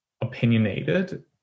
opinionated